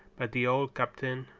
but the old captain,